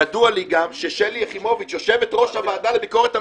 ידוע לי גם ששלי יחימוביץ יושבת-ראש הוועדה לביקורת המדינה,